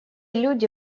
люди